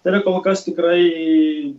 tai yra kol kas tikrai